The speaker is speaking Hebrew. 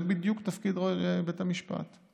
זה בדיוק תפקיד בית המשפט.